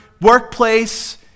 workplace